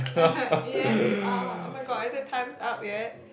yes you are oh my god is it times up yet